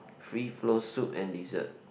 free flow soup and dessert